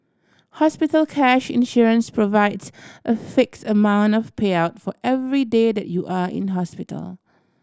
hospital cash insurance provides a fix amount of payout for every day that you are in hospital